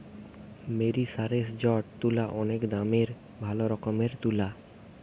মেরিসারেসজড তুলা অনেক দামের ভালো রকমের তুলা